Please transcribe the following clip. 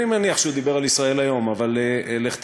אני מניח שהוא דיבר על "ישראל היום", אבל לך תדע.